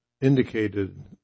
indicated